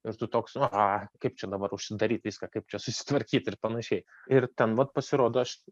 ir tu toks aha kaip čia dabar užsidaryt viską kaip čia susitvarkyt ir panašiai ir ten vat pasirodo aš